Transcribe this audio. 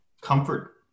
comfort